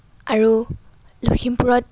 আৰু লখিমপুৰত